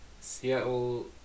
Seattle